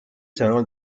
sõnul